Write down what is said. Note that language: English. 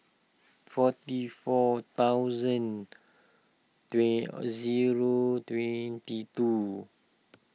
forty four thousand a zero twenty two